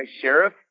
sheriff